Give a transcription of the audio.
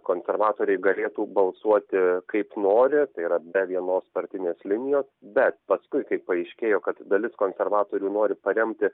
konservatoriai galėtų balsuoti kaip nori tai yra be vienos partinės linijos bet paskui kai paaiškėjo kad dalis konservatorių nori paremti